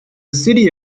city